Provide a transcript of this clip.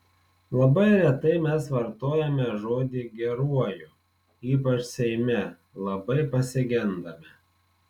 labai retai mes vartojame žodį geruoju ypač seime labai pasigendame